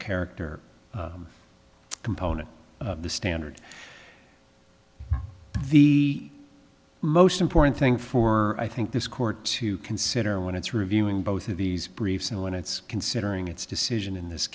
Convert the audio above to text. character component of the standard the most important thing for i think this court to consider when it's reviewing both of these briefs and when it's considering its decision in this